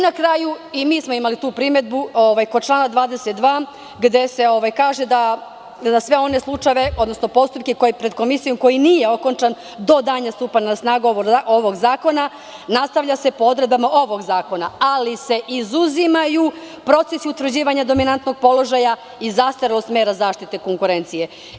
Na kraju, imali smo i mi tu primedbu kod člana 22. gde se kaže – svi oni postupci pred komisijom koji nisu okončani do dana stupanja na snagu ovog zakona nastavljaju se po odredbama ovog zakona, ali se izuzimaju procesi utvrđivanja dominantnog položaja i zastarelost mera zaštite konkurencije.